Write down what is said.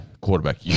quarterback